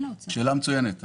שאלה מצוינת.